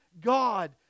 God